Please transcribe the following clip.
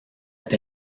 est